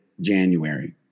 January